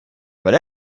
but